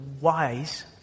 wise